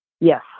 yes